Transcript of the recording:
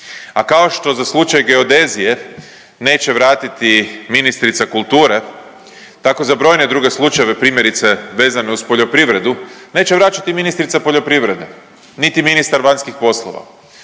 A kao što za slučaj geodezije neće vratiti ministrica kulture, tako za brojne druge slučajeve, primjerice vezane uz poljoprivredu neće vraćati ministrica poljoprivrede niti ministar vanjskih poslova.